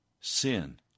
sin